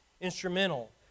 instrumental